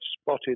spotted